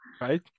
right